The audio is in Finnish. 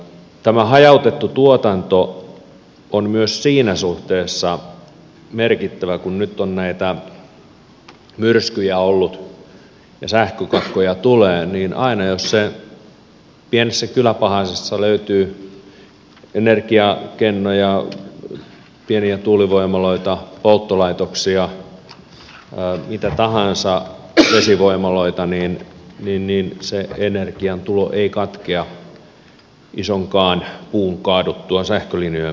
tämä hajautettu tuotanto on myös siinä suhteessa merkittävä kun nyt on näitä myrskyjä ollut ja sähkökatkoja tulee että aina jos pienessä kyläpahasessa löytyy energiakennoja pieniä tuulivoimaloita polttolaitoksia mitä tahansa vesivoimaloita niin se energian tulo ei katkea isonkaan puun kaaduttua sähkölinjojen päälle